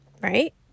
right